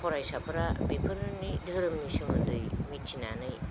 फरायसाफोरा बेफोरनि धोरोमनि सोमोन्दै मिथिनानै